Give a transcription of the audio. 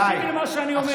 תקשיבי למה שאני אומר.